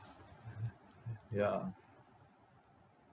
ya